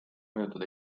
mõjutada